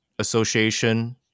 association